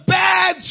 bad